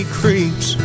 creeps